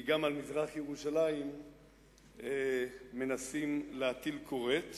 כי גם על מזרח-ירושלים מנסים להביא כורת